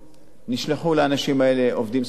נשלחו לאנשים האלה עובדים סוציאליים,